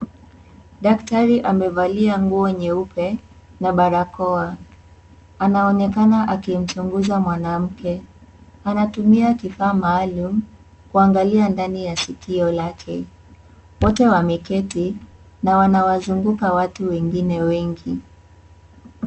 Daktari amevalia nguo nyeupe na barakoa anaonekana akimchunguza mwanamke anatumia kifaa maalum kuangalia ndani ya sikio lake, wote wameketi na wanawazunguka watu wengine wengi.